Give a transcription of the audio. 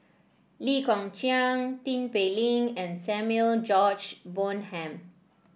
Lee Kong Chian Tin Pei Ling and Samuel George Bonham